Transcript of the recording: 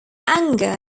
anger